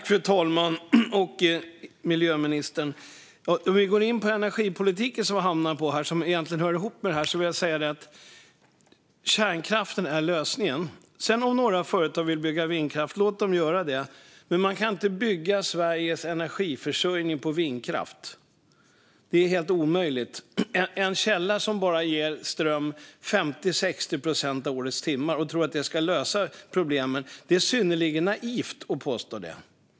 Fru talman! Nu har vi hamnat på energipolitiken, och den hör egentligen ihop med detta. Då vill jag säga att kärnkraften är lösningen. Om några företag sedan vill bygga vindkraft kan man låta dem göra det. Men man kan inte bygga Sveriges energiförsörjning på vindkraft. Det är helt omöjligt. Det är en källa som bara ger ström 50-60 procent av årets timmar. Att tro att det ska lösa problemet är synnerligen naivt.